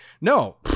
no